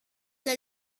der